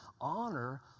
Honor